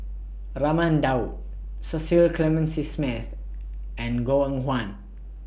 Raman Daud Cecil Clementi Smith and Goh Eng Huan